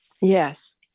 Yes